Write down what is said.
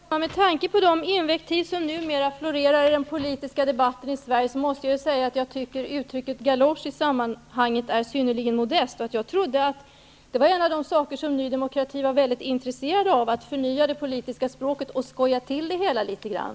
Herr talman! Med tanke på de invektiv som numera florerar i den politiska debatten i Sverige, måste jag säga att jag tycker att uttrycket ''galosch'' i sammanhanget är synnerligen modest. Jag trodde att en av de saker som Ny demokrati är mycket intresserat av är att förnya det politiska språket och skoja till det hela litet grand.